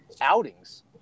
outings